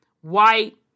white